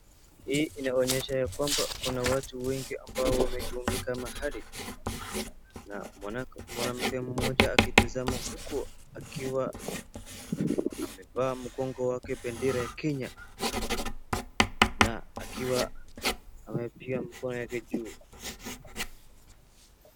Kuna watu wengi wamejumuika mahali na kuna mwanamke mmoja amevaa bendera ya kenya.